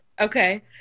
okay